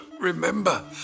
remember